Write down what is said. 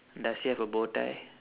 does he have a bow tie